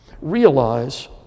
realize